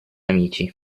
amici